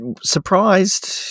Surprised